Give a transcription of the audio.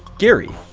gary,